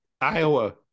iowa